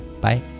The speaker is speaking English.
Bye